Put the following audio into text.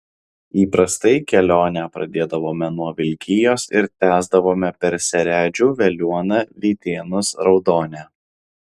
įprastai kelionę pradėdavome nuo vilkijos ir tęsdavome per seredžių veliuoną vytėnus raudonę